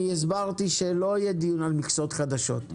אני הסברתי שלא יהיה דיון על מכסות חדשות.